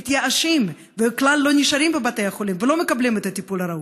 מתייאשים וכלל לא נשארים בבתי החולים ולא מקבלים את הטיפול הראוי.